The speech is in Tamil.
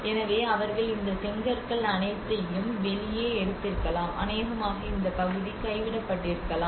எனவே அவர்கள் இந்த செங்கற்கள் அனைத்தையும் வெளியே எடுத்திருக்கலாம் அநேகமாக இந்த பகுதி கைவிடப்பட்டிருக்கலாம்